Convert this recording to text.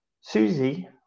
Susie